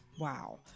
Wow